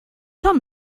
són